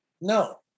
No